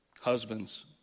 husbands